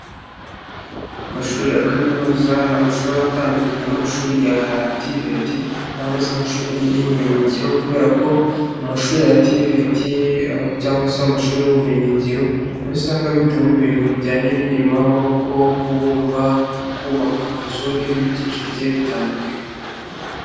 Amashuri ya kaminuza ni amashuri atandukanye n'amashuri yativati cyangwa se amashuri y'ubumenyingiro, kubera ko amashuri yativeti cyangwa se amashuri y'ubumenyi ngiro usanga bigamo ibintu bijyanye n'imirimo y'amaboko; kubumba, kubaka amazu, n'ibindi byinshi bigiye bitandukanye.